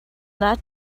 that